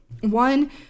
One